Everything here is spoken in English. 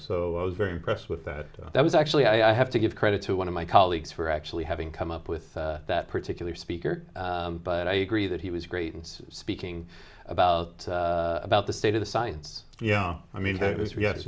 so i was very impressed with that that was actually i have to give credit to one of my colleagues for actually having come up with that particular speaker but i agree that he was great and speaking about about the state of the science yeah i mean those rea